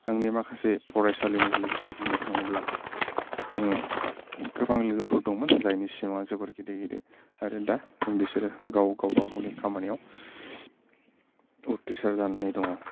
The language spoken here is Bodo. आंनि माखासे फरायसालिनि लोगोफोर बुंनो थाङोब्ला जोङो गोबां लोगोफोर दङमोन जायनि सिमांआ जोबोर गिदिर गिदिर आरो दा बिसोरो गाव गावबागावनि खामानिआव उथ्रिसार जानानै दङ'